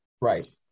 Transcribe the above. Right